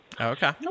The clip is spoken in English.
Okay